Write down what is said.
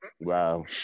Wow